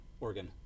Oregon